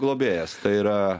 globėjas tai yra